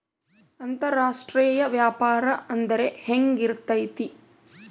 ಅಂತರಾಷ್ಟ್ರೇಯ ವ್ಯಾಪಾರ ಅಂದ್ರೆ ಹೆಂಗಿರ್ತೈತಿ?